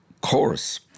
chorus